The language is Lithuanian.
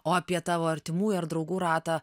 o apie tavo artimųjų ar draugų ratą